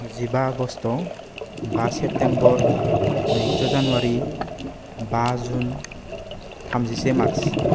जिबा आगष्ट' बा सेप्तेम्बर नैजिद' जानुवारि बा जुन थामजिसे मार्च